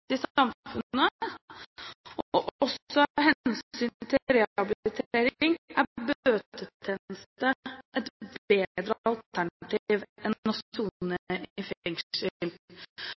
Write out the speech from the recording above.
og også av hensyn til rehabilitering er bøtetjeneste et bedre alternativ enn